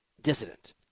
dissident